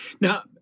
Now